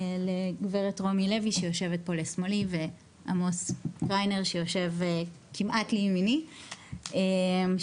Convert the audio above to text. לגברת רומי לוי שיושבת פה לשמאלי ולעמוס קריינר שיושב כמעט לימיני שעובדים